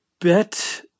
bet